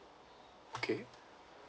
okay